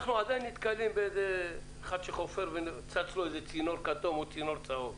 אנחנו עדיין נתקלים באחד שחופר וצץ לו איזה צינור כתום או צינור צהוב,